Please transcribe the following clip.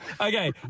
Okay